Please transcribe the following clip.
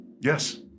Yes